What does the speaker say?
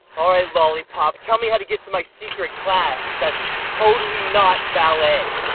all right, lollipop, tell me how to get to my secret class that's totally not ballet.